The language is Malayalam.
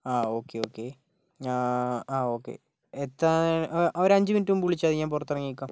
ആ ഓക്കേ ഓക്കേ ആ ഓക്കെ എത്താൻ ഒരു അഞ്ചു മിനിറ്റ് മുമ്പ് വിളിച്ചാൽ മതി ഞാൻ പുറത്തിറങ്ങി നിൽക്കാം